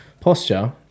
posture